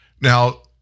Now